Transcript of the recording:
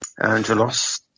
Angelos